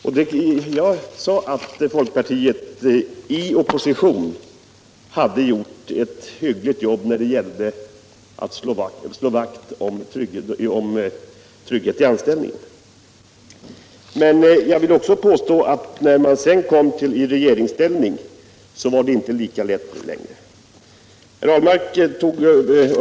Jag sade att folkpartiet i opposition hade gjort ett hyggligt jobb när det gällde att slå vakt om tryggheten i anställning, men jag påstod också att när folkpartiet sedan kom i regeringsställning var det inte lika lätt att agera längre.